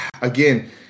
again